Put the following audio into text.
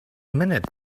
minute